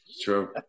True